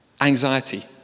anxiety